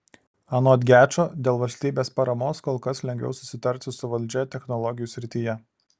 anot gečo dėl valstybės paramos kol kas lengviau susitarti su valdžia technologijų srityje